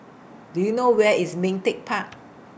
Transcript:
Do YOU know Where IS Ming Teck Park